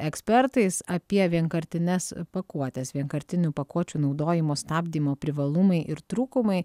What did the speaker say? ekspertais apie vienkartines pakuotes vienkartinių pakuočių naudojimo stabdymo privalumai ir trūkumai